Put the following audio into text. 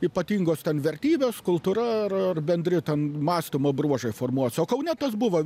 ypatingos ten vertybės kultūra ar ar bendri ten mąstymo bruožai formuojasi o kaune tas buvo